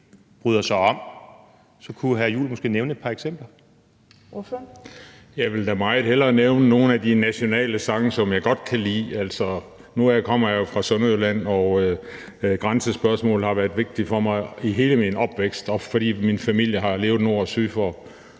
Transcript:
(Trine Torp): Ordføreren. Kl. 22:21 Christian Juhl (EL): Jeg vil da meget hellere nævne nogle af de nationale sange, som jeg godt kan lide. Altså, nu kommer jeg jo fra Sønderjylland, og grænsespørgsmålet har været vigtigt for mig i hele min opvækst, fordi min familie har levet nord og syd for